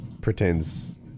pretends